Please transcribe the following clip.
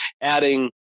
adding